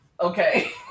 okay